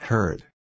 Heard